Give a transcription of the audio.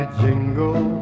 jingle